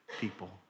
people